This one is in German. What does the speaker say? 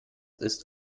ist